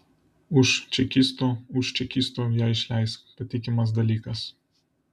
už čekisto už čekisto ją išleisk patikimas dalykas